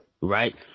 Right